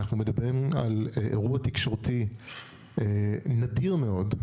אנחנו מדברים על אירוע תקשורתי נדיר מאוד.